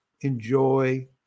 enjoy